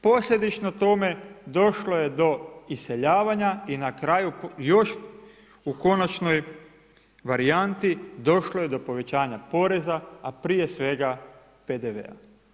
Posljedično tome došlo je do iseljavanja i na kraju još u konačnoj varijanti došlo je do povećanja poreza, a prije svega PDV-a.